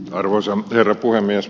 arvoisa herra puhemies